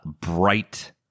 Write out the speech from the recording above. bright